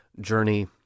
journey